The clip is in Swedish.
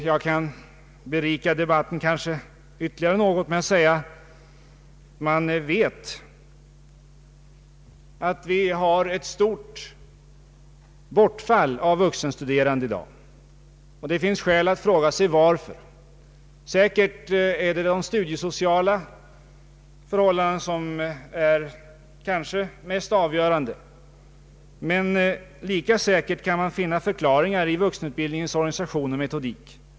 Jag kan möjligen berika debatten ytterligare något. Vi vet att vi har ett stort bortfall av vuxenstuderande i dag. Det finns därför skäl att fråga sig vad det beror på. Säkert är de studiesociala förhållandena mest avgörande, men lika säkert kan man finna förklaringar i vuxenutbildningens organisation och metodik.